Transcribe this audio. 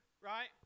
right